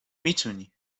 میتونی